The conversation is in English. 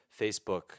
Facebook